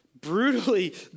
brutally